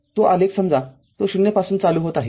तो आलेख समजा तो ० पासून चालू होत आहे